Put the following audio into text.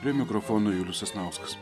prie mikrofono julius sasnauskas